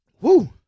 Woo